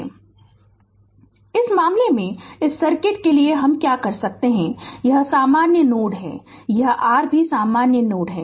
Refer Slide Time 0200 तो इस मामले में इस सर्किट के लिए हम क्या कर सकते है यह सामान्य नोड है यह r भी सामान्य नोड है